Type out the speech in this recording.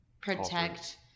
protect